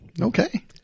Okay